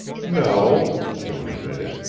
no, joan admitted,